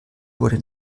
wurde